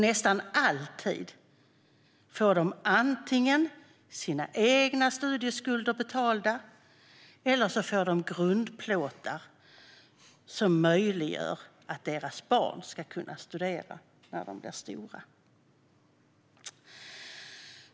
Nästan alltid får de antingen sina egna studieskulder betalda eller grundplåtar som möjliggör att deras barn ska kunna studera när de blir stora.